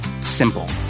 Simple